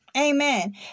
Amen